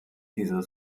dieser